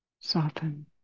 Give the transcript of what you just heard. soften